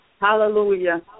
Hallelujah